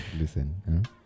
listen